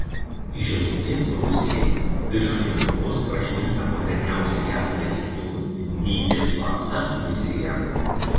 žinutė rusijai virš lietuvos prašvilpę moderniausi jav naikintuvai vykdė slaptą misiją